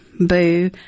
boo